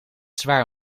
zwaar